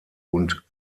und